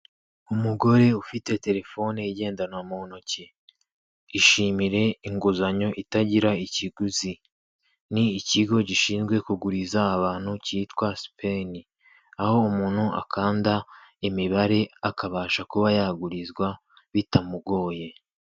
Umugore ufite terefone igendanwa mu ntoki ishimire inguzanyo itagira ikiguzi, ni ikigo gishinzwe kuguriza abantu cyitwa sipeni aho umuntu akanda imibare akabasha kuba yagurizwa bitamugoye.